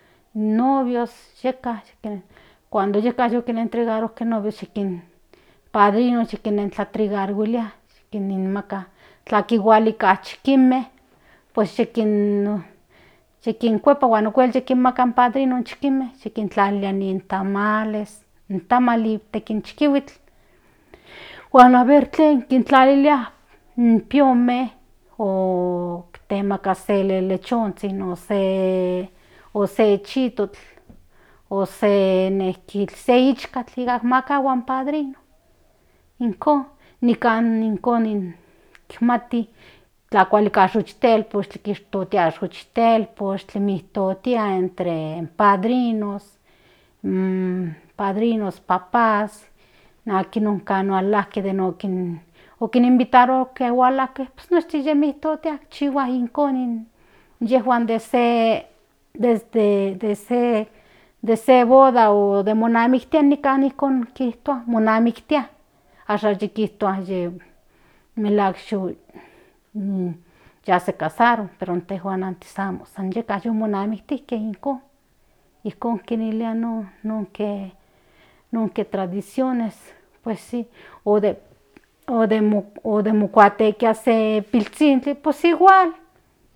In novios yeka cuando yeka yu montregarojke in novios nochi in padrinos ki nan tregrua kinemaka tlwa kinhualike chikinme pues yikinkuepa huan okuel kinemaka in padrinos in chikinme yikintlalia in tamales in tamal ijtek in chihuilt huan aver tlen kintlalilia in piome o temala se lelechonzhin o se chitokl o se ishkatl maka huan padrino ijkon nikan ijkon ni kishmati tlatotia in xochitelpoch mitotia in entre padrinos papas akin nonke hualajke okinintaroske hualajke pues noshtin yi mototia chihua in gusto inyejuan de se de se boda o manamiktia nikan ijkon kintua monamiktia ashan tikintua melahuak yu ya se casaron pero antes yeka yu monamijtijke ijkon kinilia nonke tradiciones pues si o den mokuaketia se pilzhinkli pues igual.